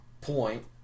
point